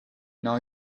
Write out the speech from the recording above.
now